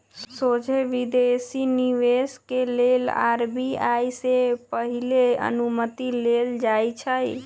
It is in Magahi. सोझे विदेशी निवेश के लेल आर.बी.आई से पहिले अनुमति लेल जाइ छइ